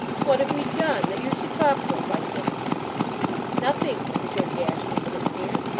what have we done, that you should talk to us like this nothing, returned gashford with a sneer.